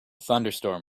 thunderstorm